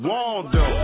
Waldo